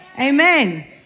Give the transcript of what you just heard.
Amen